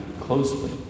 closely